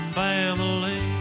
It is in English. family